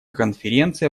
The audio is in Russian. конференция